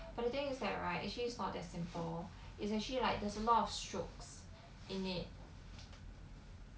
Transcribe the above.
but the thing is that right actually is not that simple it's actually like there's a lot of strokes in it